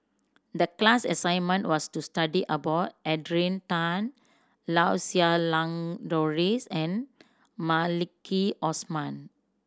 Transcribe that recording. the class assignment was to study about Adrian Tan Lau Siew Lang Doris and Maliki Osman